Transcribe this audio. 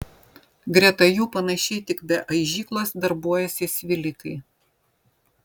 greta jų panašiai tik be aižyklos darbuojasi svilikai